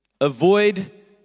Avoid